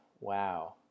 Wow